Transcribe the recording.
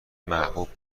محبوب